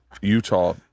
utah